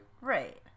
Right